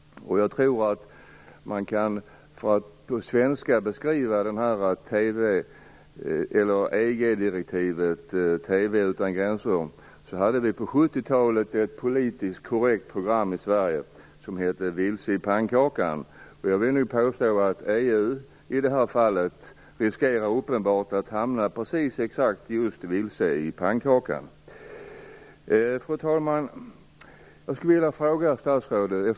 Om man vill beskriva EG-direktivet TV utan gränser på svenska kan man nämna ett politiskt korrekt program som sändes i TV på 70-talet i Sverige. Det hette Vilse i pannkakan. Jag vill påstå att EU i detta fall uppenbarligen riskerar att hamna just vilse i pannkakan. Fru talman! Jag vill ställa några frågor till statsrådet.